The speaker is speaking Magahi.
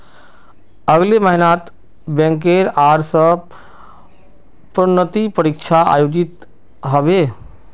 अगले महिनात बैंकेर ओर स प्रोन्नति परीक्षा आयोजित ह बे